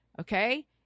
Okay